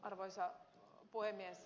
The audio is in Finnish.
arvoisa puhemies